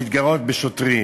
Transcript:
להתגרות בשוטרים,